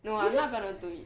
no I'm not gonna do it